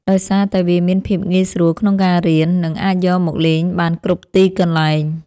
ដោយសារតែវាមានភាពងាយស្រួលក្នុងការរៀន និងអាចយកមកលេងបានគ្រប់ទីកន្លែង។